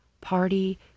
party